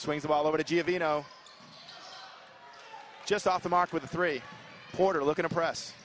swings of all over the t v you know just off the mark with a three quarter looking press